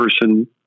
person